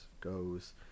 goes